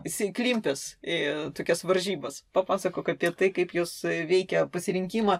esi įklimpęs į tokias varžybas papasakok apie tai kaip jos veikia pasirinkimą